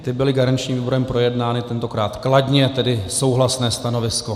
Ty byly garančním výborem projednány tentokrát kladně, tedy souhlasné stanovisko.